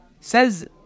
Says